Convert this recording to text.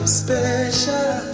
special